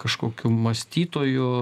kažkokiu mąstytoju